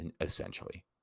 essentially